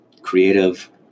creative